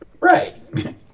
right